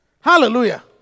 Hallelujah